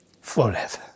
forever